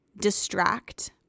distract